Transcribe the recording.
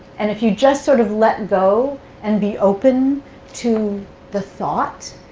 and if you just sort of let go and be open to the thought,